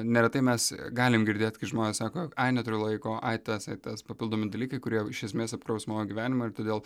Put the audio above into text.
neretai mes galim girdėt kai žmonės sako ai neturiu laiko ai tas ai tas papildomi dalykai kurie iš esmės apkraus mano gyvenimą ir todėl